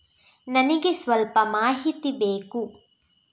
ನನಿಗೆ ಸ್ವಲ್ಪ ಮಾಹಿತಿ ಬೇಕು